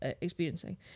experiencing